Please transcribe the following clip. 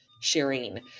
sharing